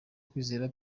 kwizera